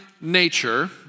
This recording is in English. nature